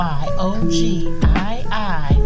y-o-g-i-i